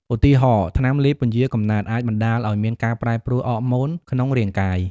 ឧទាហរណ៍ ថ្នាំលេបពន្យារកំណើតអាចបណ្តាលឲ្យមានការប្រែប្រួលអ័រម៉ូនក្នុងរាងកាយ។